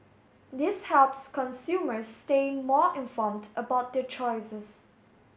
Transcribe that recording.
this helps consumers stay more informed about their choices